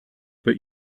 but